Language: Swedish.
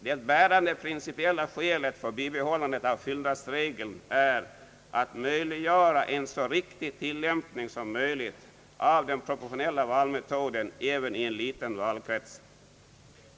Det bärande principiella skälet för bibehållandet av fyllnadsregeln är att möjliggöra en så riktig tillämpning som möjligt av den proportionella valmetoden även i en liten valkrets.